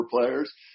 players